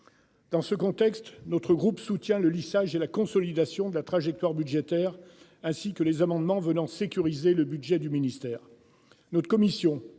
Dans ce contexte, notre groupe soutient le lissage et la consolidation de la trajectoire budgétaire ainsi que les amendements venant sécuriser le budget du ministère.